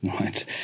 Right